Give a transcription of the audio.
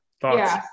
thoughts